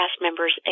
members